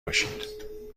باشید